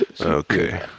okay